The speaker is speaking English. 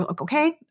Okay